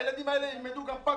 הילדים האלה ילמדו גם ---.